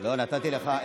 לא, נתתי לך.